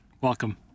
Welcome